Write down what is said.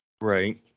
Right